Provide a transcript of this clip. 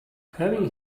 having